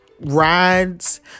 rides